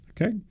okay